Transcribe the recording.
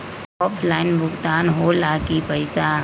Offline भुगतान हो ला कि पईसा?